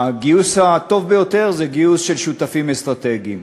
הגיוס הטוב ביותר זה גיוס של שותפים אסטרטגיים,